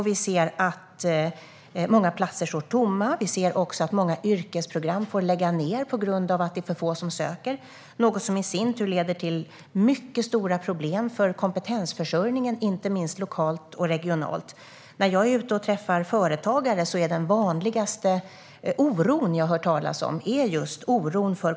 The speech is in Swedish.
Vi ser att många platser står tomma. Vi ser också att många yrkesprogram får lägga ned, på grund av för få sökande. Det leder i sin tur till mycket stora problem för kompetensförsörjningen, inte minst lokalt och regionalt. När jag är ute och träffar företagare är just oron för kompetensförsörjningen den vanligaste oron jag hör talas om.